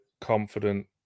confident